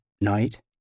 night